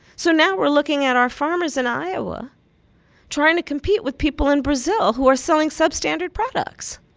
so now we're looking at our farmers in iowa trying to compete with people in brazil who are selling substandard products.